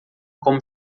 como